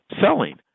selling